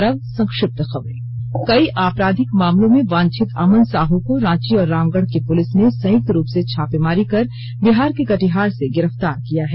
और संक्षिप्त खबरें कई आपराधिक मामलों में वांछित अमन साह को रांची और रामगढ के पुलिस ने संयुक्त रूप से छापेमारी कर बिहार के कटिहार से गिरफ्तार किया है